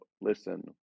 listen